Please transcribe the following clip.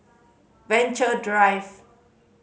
Venture Drive